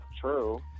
true